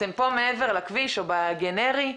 אתם פה מעבר לכביש או בגנרי,